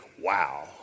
wow